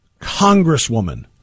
congresswoman